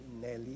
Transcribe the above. Nelly